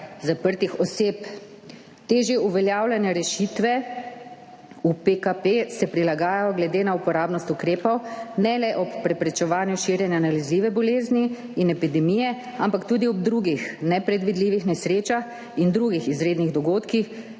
zaprtih oseb. Te že uveljavljene rešitve v PKP se prilagajajo glede na uporabnost ukrepov ne le ob preprečevanju širjenja nalezljive bolezni in epidemije, ampak tudi ob drugih nepredvidljivih nesrečah in drugih izrednih dogodkih,